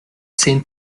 zehn